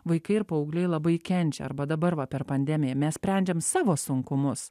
vaikai ir paaugliai labai kenčia arba dabar va per pandemiją mes sprendžiam savo sunkumus